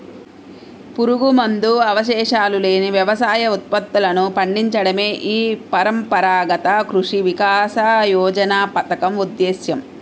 పురుగుమందు అవశేషాలు లేని వ్యవసాయ ఉత్పత్తులను పండించడమే ఈ పరంపరాగత కృషి వికాస యోజన పథకం ఉద్దేశ్యం